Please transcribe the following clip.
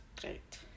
great